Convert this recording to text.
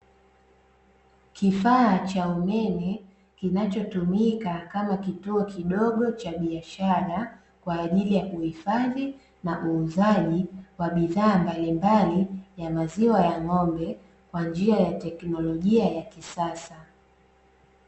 Kifaa cha umeme kinachotumika kama kituo kidogo cha biashara kwa ajili ya kuhifadhi na uuzaji wa bidhaa mbalimbali ya maziwa ya ng’ombe kwa njia ya teknolojia ya kisasa.